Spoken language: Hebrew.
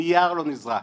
נייר לא נזרק,